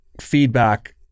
feedback